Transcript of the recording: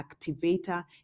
activator